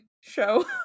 show